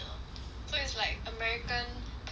so it's like american perception